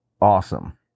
awesome